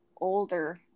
older